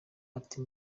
ati